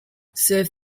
serve